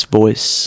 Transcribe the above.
voice